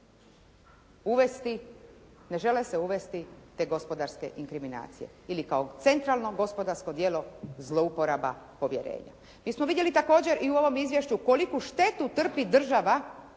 uvesti, ne žele se uvesti te gospodarske inkriminacije ili kao centralno gospodarsko djelo zlouporaba povjerenja. Mi smo vidjeli također i u ovom izvješću koliku štetu trpi država